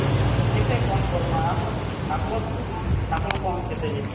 ଆଉ କେତେ କମ କରିବା ଆପଣ ଆପଣ ଆପଣ କହନ୍ତୁ କେତେ ଯେ